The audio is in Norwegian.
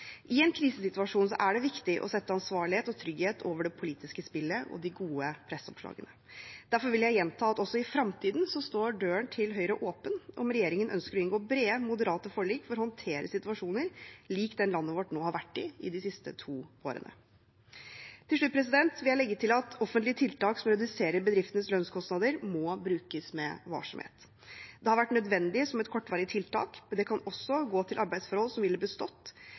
I en krisesituasjon er det viktig å sette ansvarlighet og trygghet over det politiske spillet og de gode presseoppslagene. Derfor vil jeg gjenta at også i fremtiden står døren til Høyre åpen om regjeringen ønsker å inngå brede, moderate forlik for å håndtere situasjoner lik den landet vårt nå har vært i i de siste to årene. Til slutt vil jeg legge til at offentlige tiltak som reduserer bedriftenes lønnskostnader, må brukes med varsomhet. Det har vært nødvendig som et kortvarig tiltak, men det kan også gå til arbeidsforhold som ville bestått